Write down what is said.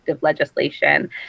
legislation